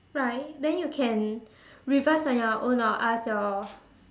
right then you can revise on your own or ask your